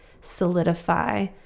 solidify